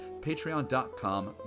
patreon.com